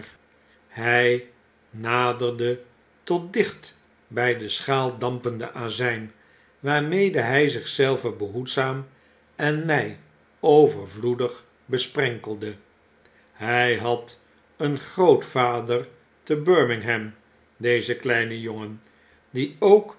hy naderde tot dicht bij de schaal dampenden azyn waarmede hy zich zelven behoedzaam en my overvloedig besprenkelde j hy had een grootvader te birmingham deze kleine jongen die ook